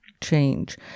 change